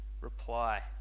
reply